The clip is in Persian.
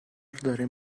داره